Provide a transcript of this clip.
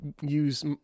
use